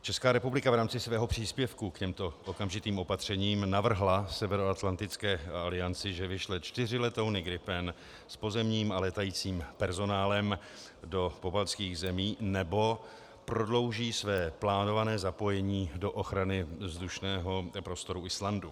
ČR v rámci svého příspěvku k těmto okamžitým opatřením navrhla Severoatlantické alianci, že vyšle čtyři letouny Gripen s pozemním a létajícím personálem do pobaltských zemí, nebo prodlouží své plánované zapojení do ochrany vzdušného prostoru Islandu.